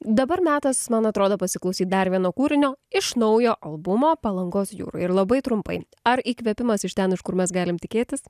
dabar metas man atrodo pasiklausyt dar vieno kūrinio iš naujo albumo palangos jūroj ir labai trumpai ar įkvėpimas iš ten iš kur mes galim tikėtis